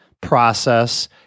process